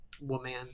woman